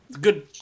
Good